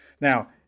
Now